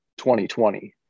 2020